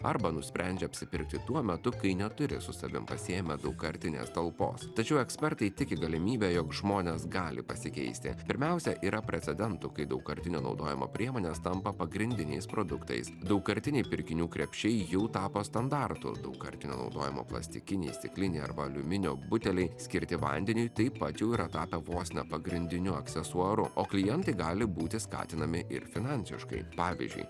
arba nusprendžia apsipirkti tuo metu kai neturi su savim pasiėmę daugkartinės talpos tačiau ekspertai tiki galimybe jog žmonės gali pasikeisti pirmiausia yra precedentų kai daugkartinio naudojimo priemonės tampa pagrindiniais produktais daugkartiniai pirkinių krepšiai jau tapo standartu daugkartinio naudojimo plastikiniai stikliniai arba aliuminio buteliai skirti vandeniui taip pat jau yra tapę vos ne pagrindiniu aksesuaru o klientai gali būti skatinami ir finansiškai pavyzdžiui